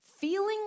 feeling